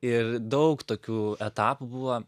ir daug tokių etapų buvo